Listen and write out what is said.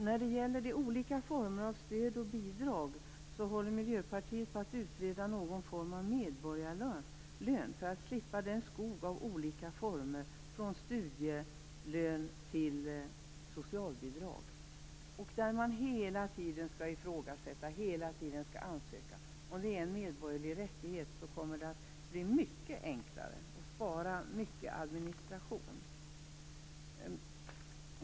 När det gäller olika former av stöd och bidrag håller Miljöpartiet på att utreda någon form av medborgarlön för att slippa den skog av olika former från studielön till socialbidrag där det hela tiden skall ifrågasättas och man hela tiden skall ansöka. Är det en medborgerlig rättighet kommer det att bli mycket enklare och spara mycket administration.